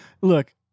Look